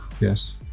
yes